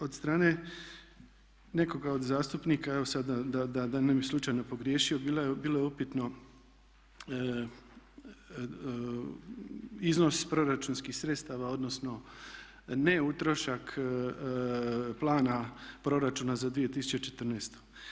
Od strane nekoga od zastupnika sad da ne bih slučajno pogriješio bilo je upitno iznos proračunskih sredstava odnosno ne utrošak plana Proračuna za 2014.